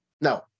No